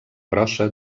grossa